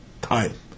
time